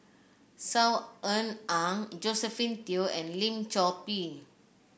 Saw Ean Ang Josephine Teo and Lim Chor Pee